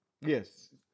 Yes